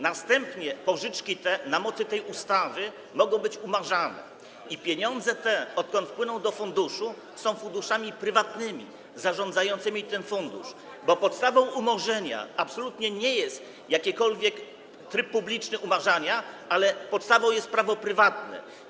Następnie pożyczki te na mocy tej ustawy mogą być umarzane i pieniądze te, odkąd wpłyną do funduszu, są funduszami prywatnymi, zarządzających tym funduszem, bo podstawą umorzenia absolutnie nie jest jakikolwiek tryb publiczny umarzania, ale prawo prywatne.